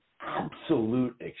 absolute